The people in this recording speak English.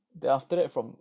then after that from